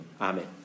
Amen